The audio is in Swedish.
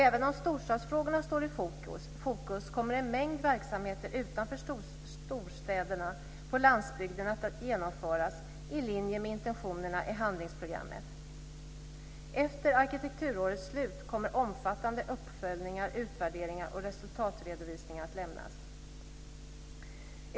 Även om storstadsfrågorna står i fokus kommer en mängd verksamheter utanför storstäderna, på landsbygden, att genomföras i linje med intentionerna i handlingsprogrammet. Efter arkitekturårets slut kommer omfattande uppföljningar, utvärderingar och resultatredovisningar att lämnas.